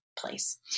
place